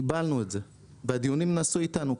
קיבלנו את זה, והדיונים נעשו איתנו.